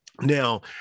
now